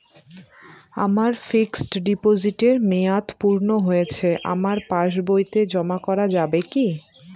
আমার ফিক্সট ডিপোজিটের মেয়াদ পূর্ণ হয়েছে আমার পাস বইতে জমা করা যাবে কি?